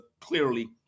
clearly